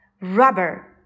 rubber